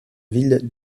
ville